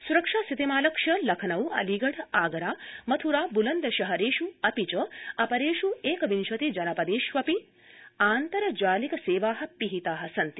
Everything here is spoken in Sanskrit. सुरक्षा स्थितिमालक्ष्य लखनऊ अलीगढ़ आगरा मथुरा बुलंदशहरेष अपि च अपेष् एकविंशति जनपदेष्वपि आन्तर्जालिकसेवा पिहिता सन्ति